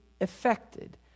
affected